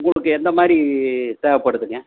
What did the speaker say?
உங்களுக்கு எந்த மாதிரி தேவைப்படுதுங்க